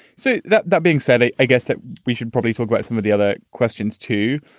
so that that being said, i i guess that we should probably talk about some of the other questions, too.